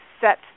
set